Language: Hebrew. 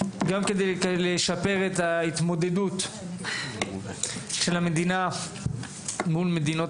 כדי לשפר את ההתמודדות של המדינה מול מדינות